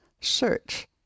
search